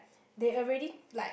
they already like